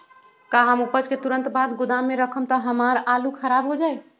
का हम उपज के तुरंत बाद गोदाम में रखम त हमार आलू खराब हो जाइ?